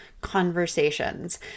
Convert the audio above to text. conversations